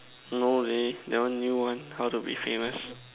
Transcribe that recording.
no they that one new one how to be famous